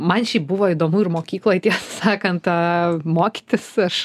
man šiaip buvo įdomu ir mokykloj tiesą sakant mokytis aš